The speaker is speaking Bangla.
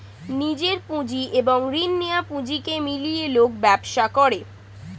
নিজের পুঁজি এবং রিনা নেয়া পুঁজিকে মিলিয়ে লোক ব্যবসা করে